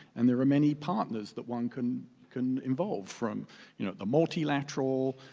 and there are many partners that one can can involve, from you know the multilateral,